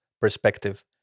Perspective